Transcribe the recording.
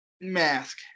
Mask